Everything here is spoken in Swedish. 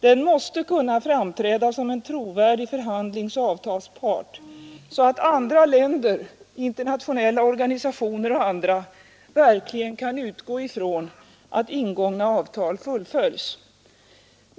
Den måste kunna riska revolutionära framträda som en trovärdig förhandlingsoch avtalspart, så att andra Vegan länder, internationella organisationer och andra verkligen kan utgå från, att ingångna avtal fullföljs.